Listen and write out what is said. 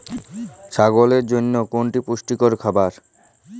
ছাগলের জন্য কোনটি পুষ্টিকর খাবার?